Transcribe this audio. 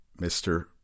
Mr